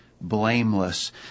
blameless